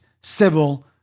civil